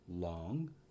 long